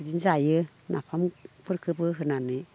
बिदिनो जायो नाफामफोरखोबो होनानै